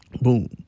Boom